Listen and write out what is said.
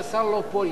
שמכיוון שהשר לא פה,